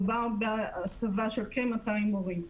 מדובר בהסבה של כ-200 מורים.